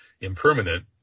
impermanent